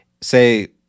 say